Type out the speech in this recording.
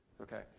Okay